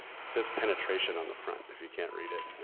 it says penetration on the front, if you can't read it.